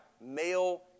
male